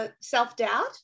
self-doubt